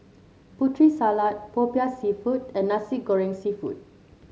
Putri Salad popiah seafood and Nasi Goreng seafood